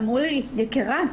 אמרו לי: יקירה,